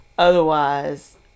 Otherwise